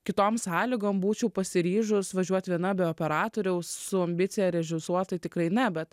kitom sąlygom būčiau pasiryžus važiuoti viena be operatoriaus su ambicija režisuot tai tikrai ne bet